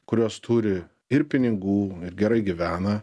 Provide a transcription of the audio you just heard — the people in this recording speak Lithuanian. kurios turi ir pinigų ir gerai gyvena